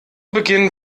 beginn